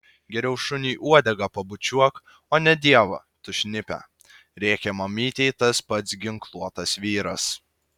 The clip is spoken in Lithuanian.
geriau šuniui uodegą pabučiuok o ne dievą tu šnipe rėkė mamytei tas pats ginkluotas vyras